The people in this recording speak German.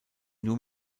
nur